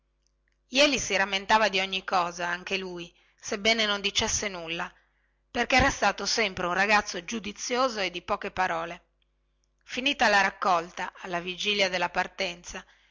jeli si rammentava di ogni cosa anche lui sebbene non dicesse nulla perchè era stato sempre un ragazzo giudizioso e di poche parole finita la raccolta alla vigilia della partenza